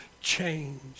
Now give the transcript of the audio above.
change